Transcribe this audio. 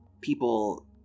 people